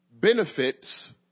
Benefits